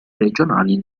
regionali